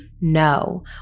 No